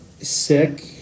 sick